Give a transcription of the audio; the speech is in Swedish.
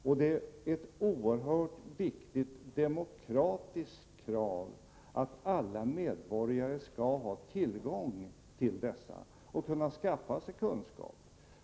Och det är ett oerhört viktigt demokratiskt krav att alla medborgare skall ha tillgång till dessa och kunna skaffa sig kunskap.